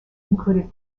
included